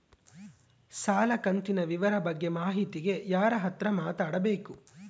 ಸಾಲ ಕಂತಿನ ವಿವರ ಬಗ್ಗೆ ಮಾಹಿತಿಗೆ ಯಾರ ಹತ್ರ ಮಾತಾಡಬೇಕು?